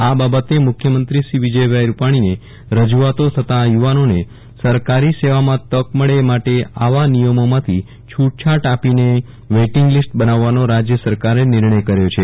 આ બાબતે મુખ્યમંત્રી શ્રી વિજયભાઇ રૂપાણીને રજૂઆતો થતા યુવાનોને સરકારી સેવામાં તક મળે એ માટે આવા નિયમોમાંથી છૂટછાટ આપીને વેઇટીંગ લીસ્ટ બનાવવાનો રાજ્ય સરકારે નિર્ણય કર્યો છે